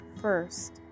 first